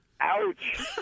Ouch